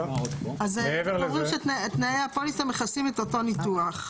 אז אתם אומרים שתנאי הפוליסה מכסים את אותו ניתוח.